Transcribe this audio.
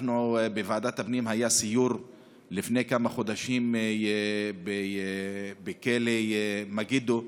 בוועדת הפנים היה סיור לפני כמה חודשים בכלא מגידו,